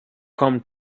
come